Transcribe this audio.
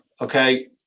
okay